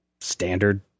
standard